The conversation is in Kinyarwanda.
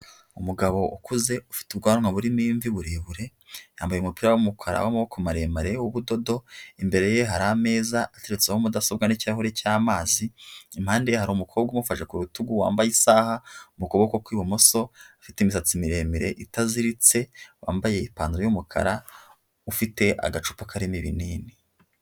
Umugabo ukuze ufite ubwanwa burimo imvi burebure, yambaye umupira w'umukara w'amaboko maremare w'ubudodo, imbere ye hari ameza ateretseho mudasobwa n'ikirahure cy'amazi, impande ye hari umukobwa umufashe ku rutugu wambaye isaha mu kuboko kw'ibumoso, afite imisatsi miremire itaziritse, wambaye ipantaro y'umukara ufite agacupa karimo ibinini.